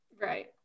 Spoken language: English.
Right